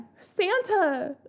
Santa